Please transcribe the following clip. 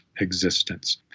existence